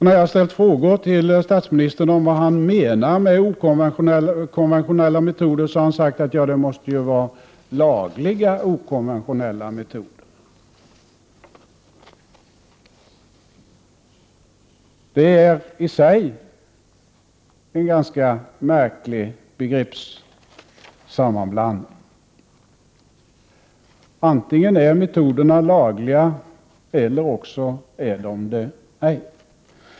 När jag har ställt frågor till statsministern om vad han menar med okonventionella metoder har han sagt att det måste vara lagliga okonventionella metoder. Det är i sig en ganska märklig begreppssammanblandning. Antingen är metoderna lagliga eller också är de inte det.